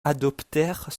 adoptèrent